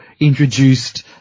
introduced